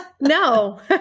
No